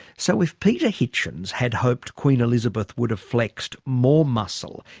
so if peter hitchens had hoped queen elizabeth would have flexed more muscle,